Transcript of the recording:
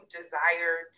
desire